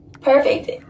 Perfect